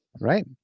Right